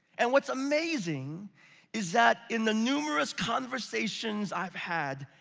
and what's amazing is that, in the numerous conversations i've had,